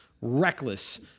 reckless